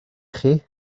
chi